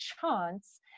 chance